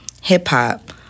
hip-hop